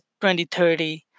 2030